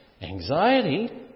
anxiety